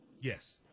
Yes